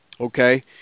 okay